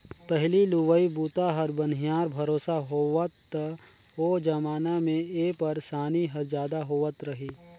पहिली लुवई बूता ह बनिहार भरोसा होवय त ओ जमाना मे ए परसानी हर जादा होवत रही